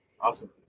Awesome